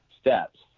steps